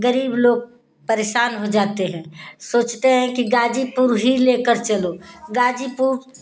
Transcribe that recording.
गरीब लोग परेशान हो जाते हैं सोचते हैं कि गाजीपुर ही लेकर चलो गाजीपुर